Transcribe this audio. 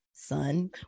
son